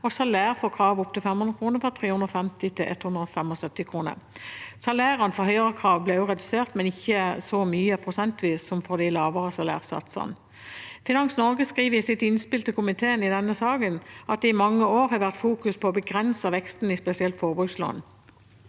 500 kr fra 350 kr til 175 kr. Salærene for høyere krav ble også redusert, men ikke så mye prosentvis som for de lavere salærsatsene. Finans Norge skriver i sitt innspill til komiteen i denne saken at det i mange år har vært fokusert på å begrense veksten i spesielt forbrukslån.